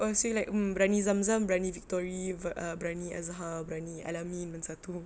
oh so you like mm biryani Zam Zam biryani victory ah biryani azhar biryani al-amin mana satu